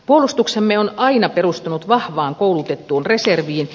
puolustuksemme on aina perustunut vahvaan koulutettuun reserviin